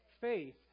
faith